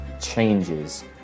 changes